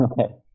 okay